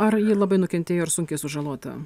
ar ji labai nukentėjo ar sunkiai sužalota